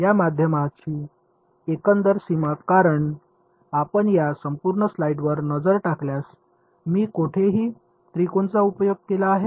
या माध्यमाची एकंदर सीमा कारण आपण या संपूर्ण स्लाइडवर नजर टाकल्यास मी कोठेही त्रिकोणाचा उपयोग केला आहे